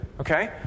okay